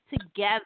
together